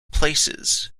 places